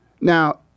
Now –